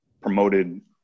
promoted